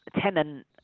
tenant